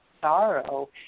sorrow